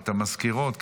את המזכירות כאן,